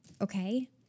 Okay